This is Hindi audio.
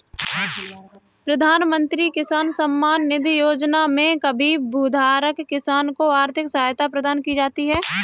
प्रधानमंत्री किसान सम्मान निधि योजना में सभी भूधारक किसान को आर्थिक सहायता प्रदान की जाती है